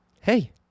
hey